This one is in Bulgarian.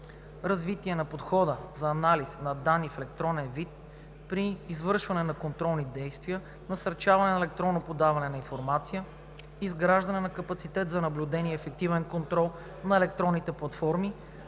развитие на подхода за анализ на данни в електронен вид при извършване на контролни действия; насърчаване на електронно подаване на информация; изграждане на капацитет за наблюдение и ефективен контрол на електронните платформи;